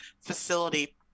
facility